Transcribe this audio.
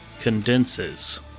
Condenses